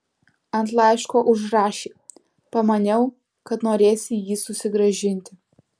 ant laiško užrašė pamaniau kad norėsi jį susigrąžinti